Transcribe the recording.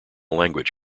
language